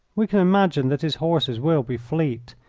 we can imagine that his horses will be fleet,